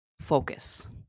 focus